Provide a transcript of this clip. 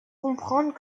comprendre